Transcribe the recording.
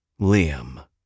Liam